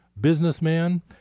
businessman